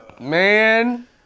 Man